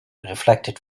reflected